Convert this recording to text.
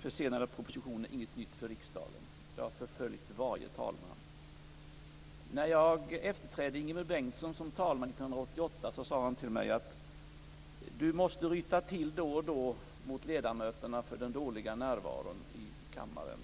försenade propositioner inget nytt för riksdagen. Det har förföljt varje talman. När jag efterträdde Ingemund Bengtsson som talman 1988 sade han till mig: Du måste ryta till då och då mot ledamöterna för den dåliga närvaron i kammaren.